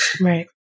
right